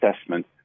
assessment